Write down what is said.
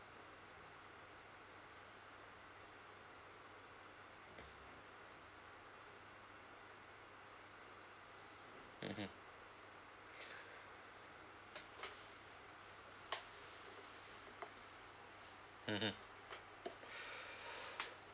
mmhmm mmhmm